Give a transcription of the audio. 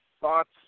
thoughts